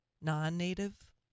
non-native